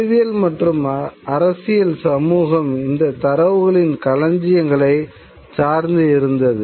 அறிவியல் மற்றும் அரசியல் சமூகம் இந்த தரவுகளின் களஞ்சியங்களை சார்ந்து இருந்தது